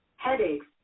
Headaches